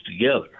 together